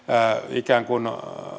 ikään kuin